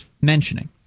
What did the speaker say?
mentioning